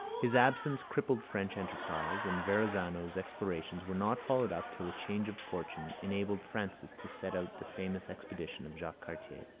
his absence crippled french enterprise, and verrazano's explorations were not followed up till a change of fortune enabled francis to send out the famous expedition of jacques cartier.